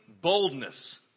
boldness